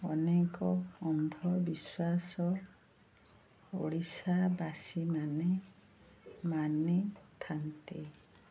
ଅନେକ ଅନ୍ଧବିଶ୍ୱାସ ଓଡ଼ିଶାବାସୀମାନେ ମାନିଥାନ୍ତି